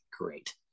great